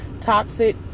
toxic